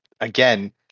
Again